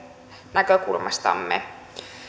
näkökulmastamme